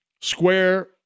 square